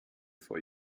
vor